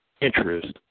interest